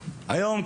היום,